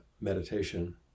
meditation